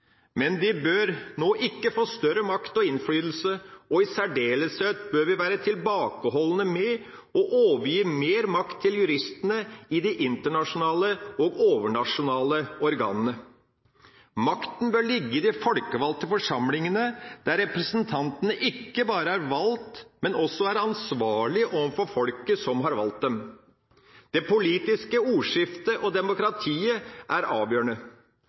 men de må ikke få større makt og innflytelse. I særdeleshet bør vi være tilbakeholdne med å overgi mer makt til juristene i de internasjonale og overnasjonale organene. Makten bør ligge i de folkevalgte forsamlingene der representantene ikke bare er valgt, men også er ansvarlige overfor folket som har valgt dem. Det politiske ordskiftet og demokratiet er avgjørende.